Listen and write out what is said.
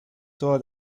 toda